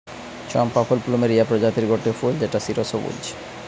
চম্পা ফুল প্লুমেরিয়া প্রজাতির গটে ফুল যেটা চিরসবুজ